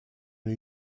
new